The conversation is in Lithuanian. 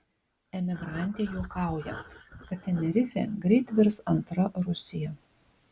emigrantė juokauja kad tenerifė greit virs antra rusija